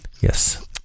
Yes